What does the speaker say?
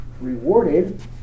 rewarded